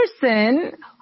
person